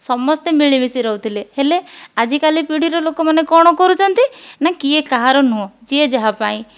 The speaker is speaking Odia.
ସମସ୍ତେ ମିଳିମିଶି ରହୁଥିଲେ ହେଲେ ଆଜିକାଲି ପିଢ଼ିର ଲୋକମାନେ କ'ଣ କରୁଛନ୍ତି ନା କିଏ କାହାର ନୁହେଁ ଯିଏ ଯାହା ପାଇଁ